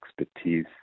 expertise